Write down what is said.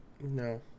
No